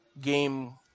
game-